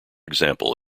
example